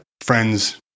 friends